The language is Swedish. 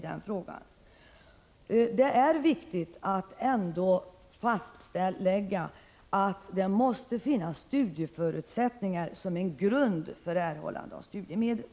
Det är viktigt att fastlägga att det måste finnas studieförutsättningar som en grund för erhållande av studiemedel.